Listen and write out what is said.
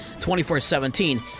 24-17